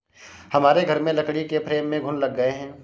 हमारे घर में लकड़ी के फ्रेम में घुन लग गए हैं